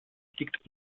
liegt